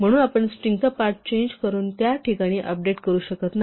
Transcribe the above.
म्हणून आपण स्ट्रिंगचा पार्ट चेंज करून त्या ठिकाणी अपडेट करू शकत नाही